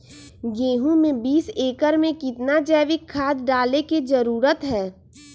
गेंहू में बीस एकर में कितना जैविक खाद डाले के जरूरत है?